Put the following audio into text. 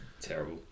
terrible